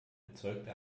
erzeugte